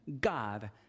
God